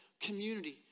community